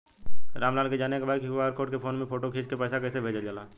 राम लाल के जाने के बा की क्यू.आर कोड के फोन में फोटो खींच के पैसा कैसे भेजे जाला?